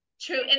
true